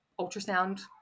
ultrasound